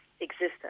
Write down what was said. existence